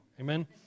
Amen